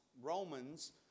Romans